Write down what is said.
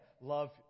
love